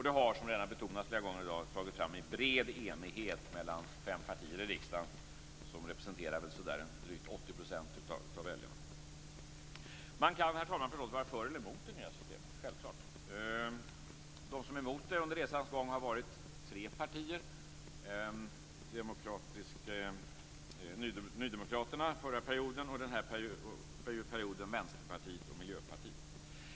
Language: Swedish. Det har, som redan har betonats flera gånger i dag, tagits fram i bred enighet mellan fem partier i riksdagen, som väl representerar drygt Herr talman! Man kan förstås vara för eller mot det nya systemet. Under resans gång har tre partier varit emot det, under den förra mandatperioden Ny demokrati och under den här mandatperioden Vänsterpartiet och Miljöpartiet.